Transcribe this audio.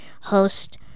host